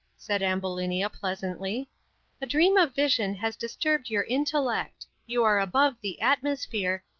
said ambulinia, pleasantly a dream of vision has disturbed your intellect you are above the atmosphere,